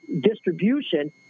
distribution